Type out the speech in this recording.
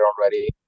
already